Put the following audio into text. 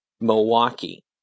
Milwaukee